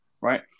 right